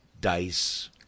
Dice